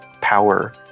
power